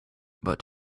but